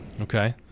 Okay